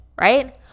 right